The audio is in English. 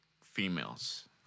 females